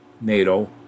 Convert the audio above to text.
NATO